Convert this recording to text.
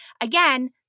Again